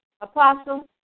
Apostle